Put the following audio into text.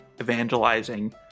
evangelizing